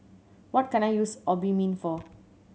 what can I use Obimin for